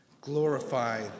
Glorify